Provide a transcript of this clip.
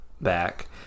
back